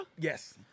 Yes